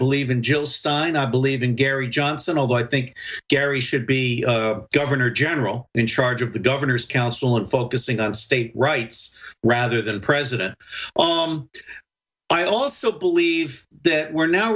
believe in jill stein i believe in gary johnson although i think gary should be governor general in charge of the governor's council and focusing on state rights rather than president i also believe we're now